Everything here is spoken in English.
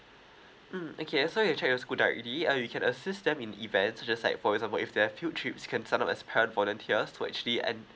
mm okay so you check your school directly uh you can assist them in events such as like for example if there are field trips you can sign up as parent volunteer to actually and